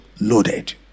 loaded